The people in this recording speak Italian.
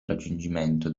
raggiungimento